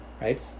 right